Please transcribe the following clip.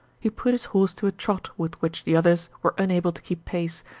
he put his horse to a trot with which the others were unable to keep pace,